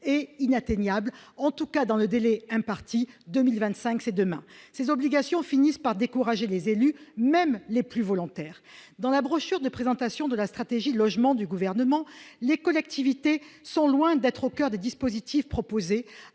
et inatteignable en tout cas dans le délai imparti 2025 c'est demain ses obligations finissent par décourager les élus, même les plus volontaires dans la brochure de présentation de la stratégie logement du gouvernement, les collectivités sont loin d'être au coeur des dispositifs proposés